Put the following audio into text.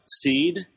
seed